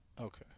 Okay